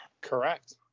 Correct